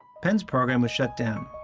penn's program was shut down,